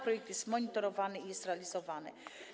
Projekt jest monitorowany i realizowany.